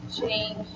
change